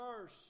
verse